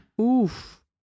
Oof